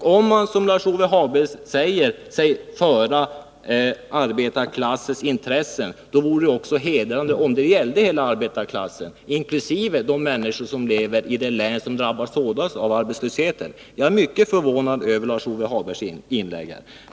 Om man, som Lars-Ove Hagberg säger sig göra, vill företräda arbetarklassens intressen, vore det också hedersamt om i denna arbetarklass också innefattade dem som lever i det län som drabbats hårdast av arbetslösheten. Jag är mycket förvånad över Lars-Ove Hagbergs inlägg här.